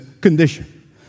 condition